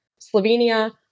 Slovenia